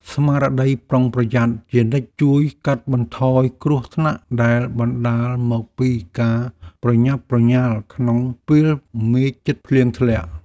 ស្មារតីប្រុងប្រយ័ត្នជានិច្ចជួយកាត់បន្ថយគ្រោះថ្នាក់ដែលបណ្ដាលមកពីការប្រញាប់ប្រញាល់ក្នុងពេលមេឃជិតភ្លៀងធ្លាក់។